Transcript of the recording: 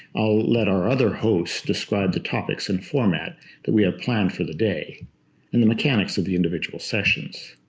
i'll let our other hosts describe the topics and format that we have planned for the day and the mechanics of the individual sessions.